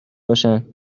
باشن